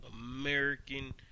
American